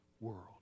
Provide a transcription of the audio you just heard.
world